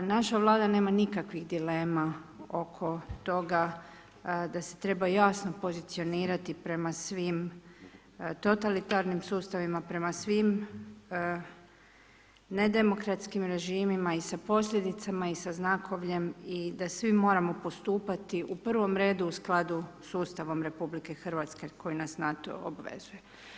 Naša Vlada nema nikakvih dilema oko toga da se treba jasno pozicionirati prema svim totalitarnim sustavima, prema svim nedemokratskim režimima i sa posljedicama i sa znakovljem i da svi moramo postupati, u pravom redu u skladu s Ustavom Rh koji nas na to obvezuje.